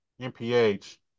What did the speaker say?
MPH